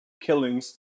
killings